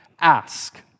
ask